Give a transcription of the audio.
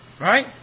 right